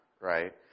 right